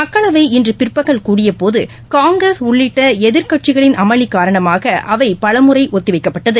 மக்களவை இன்று பிற்பகல் கூடிய போது காங்கிரஸ் உள்ளிட்ட எதிர்க்கட்சிகள் அமளி காரணமாக அவை பல முறை ஒத்திவைக்கப்பட்டது